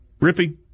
Rippy